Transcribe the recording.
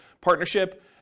partnership